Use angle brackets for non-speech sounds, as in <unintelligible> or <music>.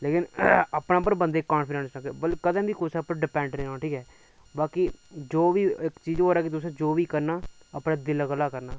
लेकिन <unintelligible> अपने उप्पर बंदे गी कांफिडैंस होना चाहिदा कदें बी कुसै उप्पर डिपैंड नीं रौह्ना ठीक ऐ बाकि तुसें जो बी करना अपने दिलै शा करना